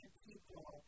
people